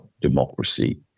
democracy